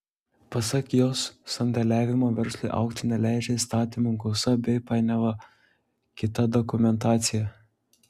pasak jos sandėliavimo verslui augti neleidžia įstatymų gausa bei painiava kita dokumentacija